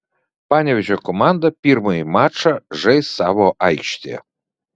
panevėžio komanda pirmąjį mačą žais savo aikštėje